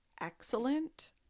excellent